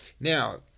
Now